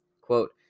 Quote